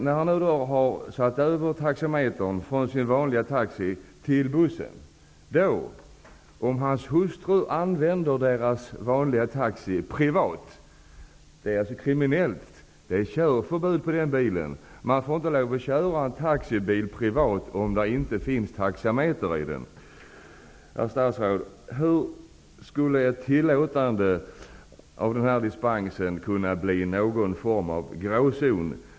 Om hans hustru, sedan han har flyttat över taxametern från sin vanliga taxi till bussen, vill använda deras vanliga taxi privat, begår hon en kriminell handling. Det råder nämligen körförbud på den bilen, eftersom man inte får köra en taxibil privat om det inte finns en taxameter i den. Hur skulle, herr statsråd, ett tillåtande av denna dispens kunna innebära någon form av gråzon?